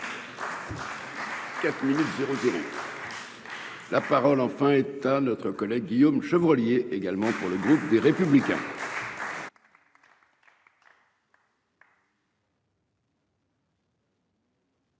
remercie. La parole enfin état notre collègue, Guillaume Chevrollier également pour le groupe des Républicains.